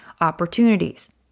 opportunities